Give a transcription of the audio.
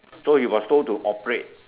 so he was told to operate